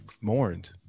mourned